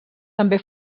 també